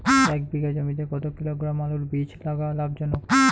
এক বিঘা জমিতে কতো কিলোগ্রাম আলুর বীজ লাগা লাভজনক?